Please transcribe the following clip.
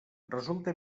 resulta